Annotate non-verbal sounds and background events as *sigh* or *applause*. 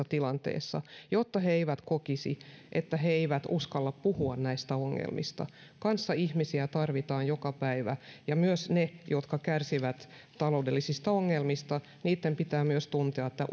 *unintelligible* tilanteessa jotta he eivät kokisi että he eivät uskalla puhua näistä ongelmista kanssaihmisiä tarvitaan joka päivä ja myös niiden jotka kärsivät taloudellisista ongelmista pitää tuntea että *unintelligible*